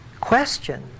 question